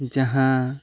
ᱡᱟᱦᱟᱸ